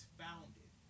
founded